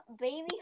baby